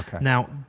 Now